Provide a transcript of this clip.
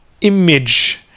image